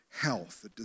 Health